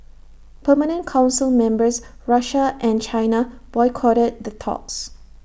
permanent Council members Russia and China boycotted the talks